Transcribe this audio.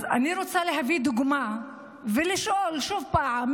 אז אני רוצה להביא דוגמה ולשאול עוד פעם,